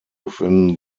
within